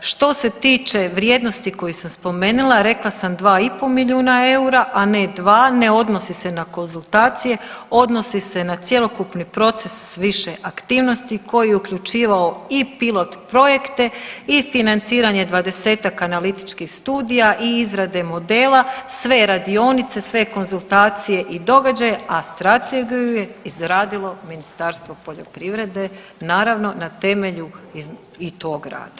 Što se tiče vrijednosti koju sam spomenula, a rekla sam 2,5 milijuna eura, a ne 2, ne odnosi se na konzultacije, odnosi se na cjelokupni proces s više aktivnosti koji je uključivao i pilot projekte i financiranje 20-tak analitičkih studija i izrade modela, sve radionice, sve konzultacije i događaje, a strategiju je izradilo Ministarstvo poljoprivrede naravno na temelju i tog rada.